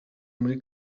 muri